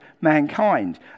mankind